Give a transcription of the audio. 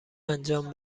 انجام